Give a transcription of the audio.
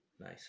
Nice